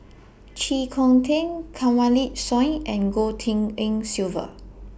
Chee Kong Tet Kanwaljit Soin and Goh Tshin En Sylvia